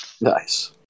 nice